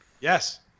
yes